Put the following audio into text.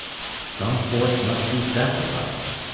some force must be sacrificed,